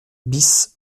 bis